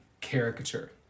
caricature